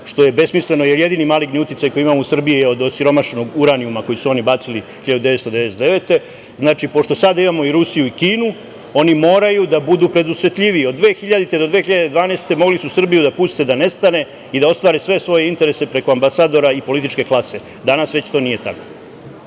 što je besmisleno, jer jedini maligni uticaj koji imamo u Srbiji od osiromašenog uranijuma koji su oni bacili 1999. godine. Znači, pošto sad imamo i Rusiju i Kinu, oni moraju da budu predusetljiviji od 2000. do 2012. godine mogli su Srbiju da puste da nestane i da ostvare sve svoje interese preko ambasadora i političke klase. Danas već to nije tako.